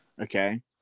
Okay